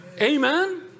Amen